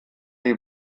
die